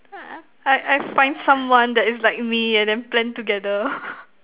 I I find someone that is like me and then plan together